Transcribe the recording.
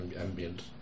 ambient